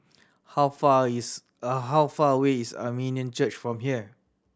how far is how far away is a minion Church from here